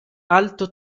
alto